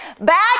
Back